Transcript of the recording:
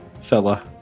fella